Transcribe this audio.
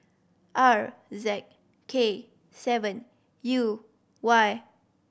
R Z K seven U Y